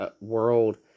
world